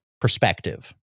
perspective